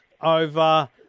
over